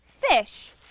fish